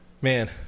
Man